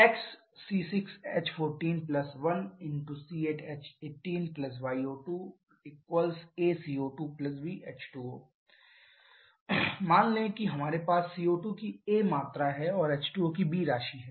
C6H14 C8H18 O2 🡪 CO2 H2O मान लें कि हमारे पास CO2 की a मात्रा और H2O की b राशि है